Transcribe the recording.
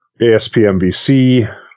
ASPMVC